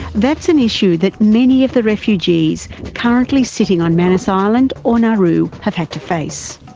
that's an issue that many of the refugees currently sitting on mannus island or nauru have had to face.